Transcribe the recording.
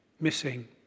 Missing